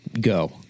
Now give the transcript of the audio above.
go